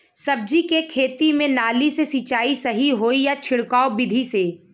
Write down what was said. सब्जी के खेती में नाली से सिचाई सही होई या छिड़काव बिधि से?